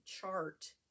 chart